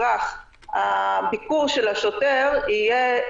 שרשויות חקירה אחרות שמוסמכות מקבלות בשגרה על פי